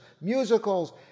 musicals